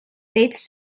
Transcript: dates